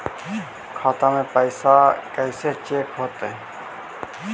खाता में पैसा कैसे चेक हो तै?